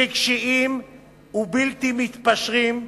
רגשיים ובלתי מתפשרים,